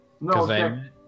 No